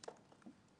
גם אם הם לא נכתבו.